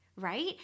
right